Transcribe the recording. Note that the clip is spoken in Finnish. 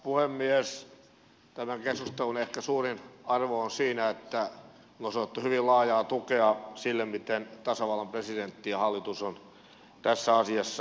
tämän keskustelun ehkä suurin arvo on siinä että on osoitettu hyvin laajaa tukea sille miten tasavallan presidentti ja hallitus ovat tässä asiassa toimineet